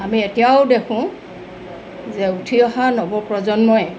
আমি এতিয়াও দেখোঁ যে উঠি অহা নৱপ্ৰজন্মই